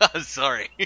Sorry